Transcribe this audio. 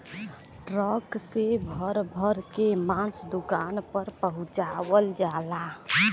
truck से भर भर के मांस दुकान पर पहुंचवाल जाला